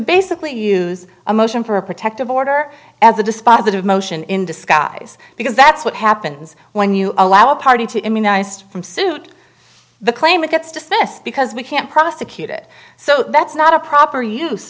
basically use a motion for a protective order as a dispositive motion in disguise because that's what happens when you allow a party to immunized from suit the claim it gets dismissed because we can't prosecute it so that's not a proper use